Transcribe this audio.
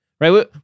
right